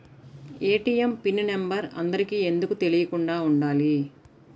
ATM pin number అందరికి ఎందుకు తెలియకుండా ఉండాలి?